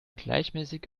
gleichmäßig